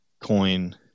coin